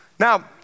Now